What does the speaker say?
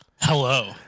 hello